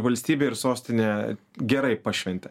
valstybė ir sostinė gerai pašventė